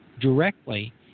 directly